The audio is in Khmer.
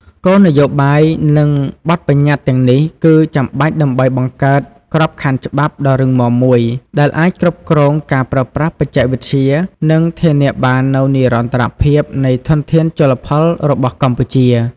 គោលនយោបាយ និងបទប្បញ្ញត្តិទាំងនេះ គឺចាំបាច់ដើម្បីបង្កើតក្របខណ្ឌច្បាប់ដ៏រឹងមាំមួយ ដែលអាចគ្រប់គ្រងការប្រើប្រាស់បច្ចេកវិទ្យា និងធានាបាននូវនិរន្តរភាពនៃធនធានជលផលរបស់កម្ពុជា។